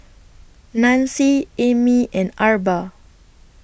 Nanci Amy and Arba